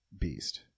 Beast